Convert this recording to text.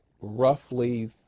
roughly